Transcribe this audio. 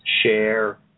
share